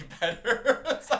better